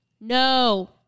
No